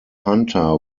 hunter